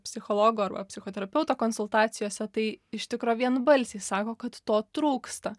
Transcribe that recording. psichologo arba psichoterapeuto konsultacijose tai iš tikro vienbalsiai sako kad to trūksta